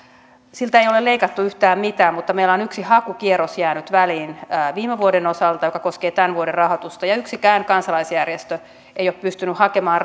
ole leikattu yhtään mitään mutta meillä on yksi hakukierros jäänyt väliin viime vuoden osalta joka koskee tämän vuoden rahoitusta ja yksikään kansalaisjärjestö ei ole pystynyt hakemaan